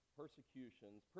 persecutions